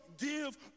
give